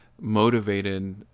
motivated